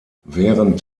während